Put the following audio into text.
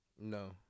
No